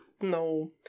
No